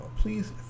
Please